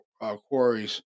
quarries